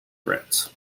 grants